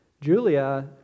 Julia